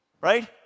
right